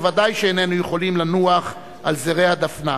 בוודאי איננו יכולים לנוח על זרי הדפנה,